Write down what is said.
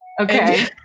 Okay